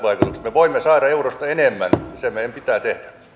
me voimme saada eurosta enemmän se meidän pitää tehdä